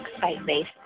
site-based